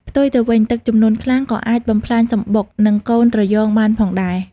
ផ្ទុយទៅវិញ ទឹកជំនន់ខ្លាំង ក៏អាចបំផ្លាញសម្បុក និងកូនត្រយងបានផងដែរ។